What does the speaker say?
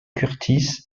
curtis